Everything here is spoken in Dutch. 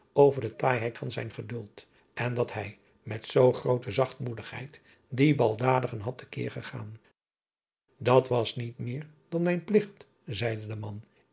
over de taaiheid van zijn geduld en dat hij met zoo groote zachtmoedigheid die baldadigen had te keer gegaan àt was niet meer dan mijn pligt zeide de man